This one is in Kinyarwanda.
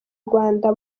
rwanda